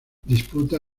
disputa